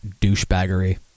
douchebaggery